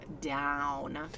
down